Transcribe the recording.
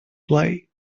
play